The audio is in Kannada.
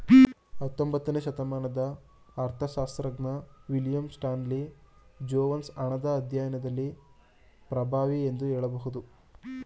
ಹತ್ತೊಂಬತ್ತನೇ ಶತಮಾನದ ಅರ್ಥಶಾಸ್ತ್ರಜ್ಞ ವಿಲಿಯಂ ಸ್ಟಾನ್ಲಿ ಜೇವೊನ್ಸ್ ಹಣದ ಅಧ್ಯಾಯದಲ್ಲಿ ಪ್ರಭಾವಿ ಎಂದು ಹೇಳಬಹುದು